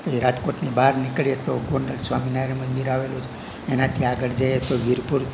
પછી રાજકોટની બહાર નીકળીએ તો ગોંડલ સ્વામિનારાયણ મંદિર આવેલું છે એનાથી આગળ જઈએ તો વીરપુર